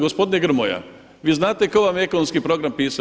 Gospodine Grmoja, vi znate tko vam je ekonomski program pisao?